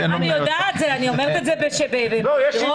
אני אומרת את זה באירוניה.